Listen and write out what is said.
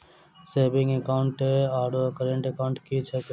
Saving account आओर current account की छैक?